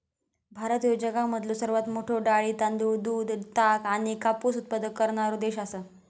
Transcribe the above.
भारत ह्यो जगामधलो सर्वात मोठा डाळी, तांदूळ, दूध, ताग आणि कापूस उत्पादक करणारो देश आसा